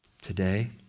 today